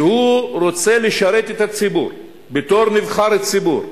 והוא רוצה לשרת את הציבור בתור נבחר ציבור,